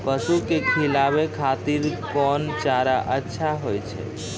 पसु के खिलाबै खातिर कोन चारा अच्छा होय छै?